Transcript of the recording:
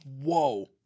Whoa